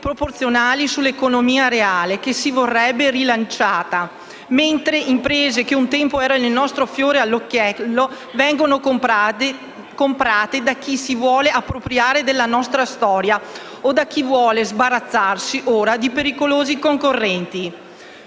proporzionali sull'economia reale, che si vorrebbe rilanciata, mentre imprese che un tempo erano il nostro fiore all'occhiello vengono comprate da chi si vuole appropriare della nostra storia o da chi vuole sbarazzarsi, ora, di pericolosi concorrenti.